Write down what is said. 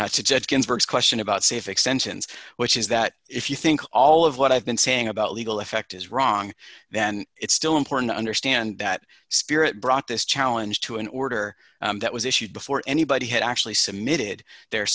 said ginsburg's question about safe extensions which is that if you think all of what i've been saying about legal effect is wrong then it's still important to understand that spirit brought this challenge to an order that was issued before anybody had actually submitted their